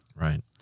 Right